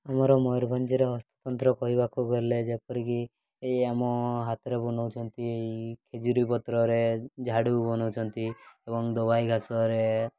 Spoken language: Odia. ଆମର ମୟୂରଭଞ୍ଜରେ ହସ୍ତତନ୍ତ କହିବାକୁ ଗଲେ ଯେପରିକି ଏହି ଆମ ହାତରେ ବନାଉଛନ୍ତି ଖଜୁରୀ ପତ୍ରରେ ଝାଡ଼ୁ ବନାଉଛନ୍ତି ଏବଂ ଦବାଇ ଘାସରେ